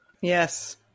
Yes